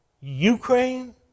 Ukraine